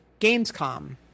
Gamescom